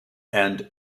and